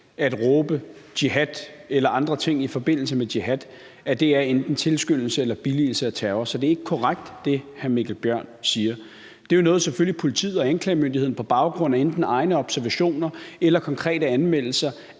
at råbe jihad eller andre ting i forbindelse med jihad er enten tilskyndelse eller billigelse af terror. Så det, hr. Mikkel Bjørn siger, er ikke korrekt. Det er jo noget, som selvfølgelig politiet og anklagemyndigheden på baggrund af enten egne observationer eller konkrete anmeldelser